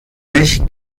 nicht